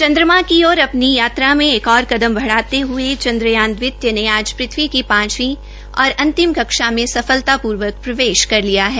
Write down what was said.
चन्द्रमा की ओर अपनी यात्रा में एक और कदम बढ़ाते हये चन्द्रयान द्वितीय ने आज की पांचवी और अंतिम कक्षा में सफलतापूर्व क प्रवेश कर लिया है